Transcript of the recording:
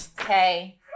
Okay